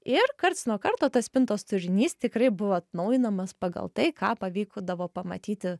ir karts nuo karto tas spintos turinys tikrai buvo atnaujinamas pagal tai ką pavykdavo pamatyti